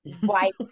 white